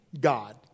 God